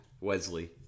Wesley